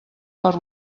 per